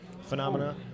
phenomena